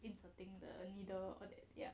like the inserting the needle all that ya